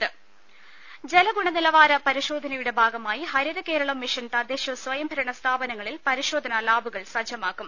ദേദ ജല ഗുണനിലവാര പരിശോധനയുടെ ഭാഗമായി ഹരിതകേരളം മിഷൻ തദ്ദേശ സ്വയംഭരണ സ്ഥാപനങ്ങളിൽ പരിശോധനാ ലാബുകൾ സജ്ജമാക്കും